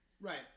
Right